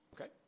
Okay